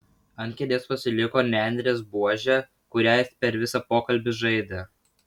ant kėdės pasiliko nendrės buožė kuria jis per visą pokalbį žaidė